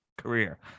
career